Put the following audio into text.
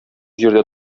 җирдә